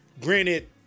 Granted